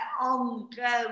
ongoing